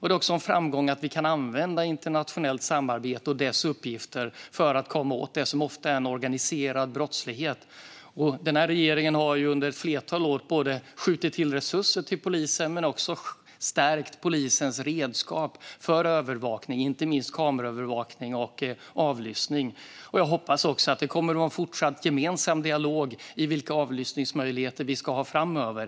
Det är också en framgång att vi kan använda internationellt samarbete och dess uppgifter för att komma åt det som ofta är en organiserad brottslighet. Denna regering har under ett flertal år både skjutit till resurser till polisen och stärkt polisens redskap för övervakning - inte minst kameraövervakning och avlyssning. Jag hoppas på en fortsatt gemensam dialog när det gäller vilka avlyssningsmöjligheter vi ska ha framöver.